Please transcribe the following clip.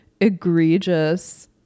egregious